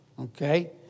Okay